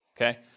okay